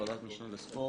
ועדת משנה לספורט.